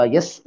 Yes